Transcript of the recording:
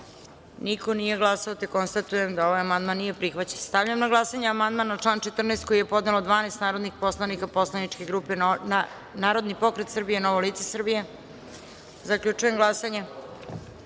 niko nije glasao. Konstatujem da ovaj amandman nije prihvaćen. Stavljam na glasanje amandman na član 14. koji je podnelo 12 narodnih poslanika poslaničke grupe Narodni pokret Srbije i Novo lice Srbije. Zaključujem glasanje: